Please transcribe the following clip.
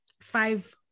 five